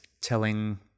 telling